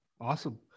Awesome